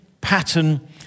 pattern